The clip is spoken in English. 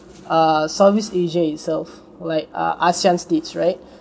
uh southeast asia itself like uh ASEAN states right